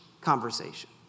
conversation